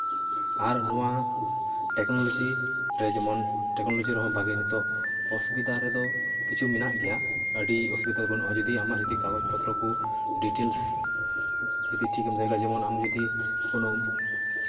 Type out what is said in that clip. ᱟᱨ ᱱᱚᱣᱟ ᱴᱮᱠᱱᱳᱞᱚᱡᱤ ᱨᱮ ᱡᱮᱢᱚᱱ ᱵᱷᱟᱜᱮ ᱱᱤᱛᱚᱜ ᱚᱥᱩᱵᱤᱫᱟ ᱨᱮᱫ ᱠᱤᱪᱷᱩ ᱢᱮᱱᱟᱜ ᱜᱮᱭᱟ ᱟᱹᱰᱤ ᱚᱥᱩᱵᱤᱫᱟ ᱫᱚ ᱵᱟᱹᱱᱩᱜᱼᱟ ᱡᱩᱫᱤ ᱟᱢᱟᱜ ᱡᱩᱫᱤ ᱠᱟᱜᱚᱡᱽ ᱯᱚᱛᱨᱚ ᱠᱚ ᱰᱤᱴᱮᱞᱥ ᱡᱩᱫᱤ ᱴᱷᱮᱠᱮᱢ ᱫᱚᱦᱚᱭ ᱠᱷᱟᱡ ᱡᱮᱢᱚᱱ ᱟᱢ ᱡᱩᱫᱤ ᱠᱳᱱᱳ